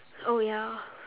oh ya